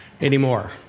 anymore